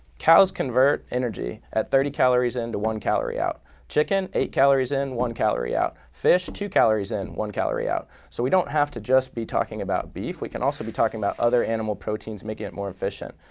cows convert energy at thirty calories in to one calorie out chicken eight calories in, one calorie out fish two calories in, one calorie out. so we don't have to just be talking about beef, we can also be talking about other animal proteins making it more efficient.